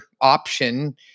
option